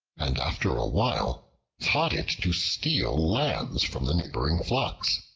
and after a while taught it to steal lambs from the neighboring flocks.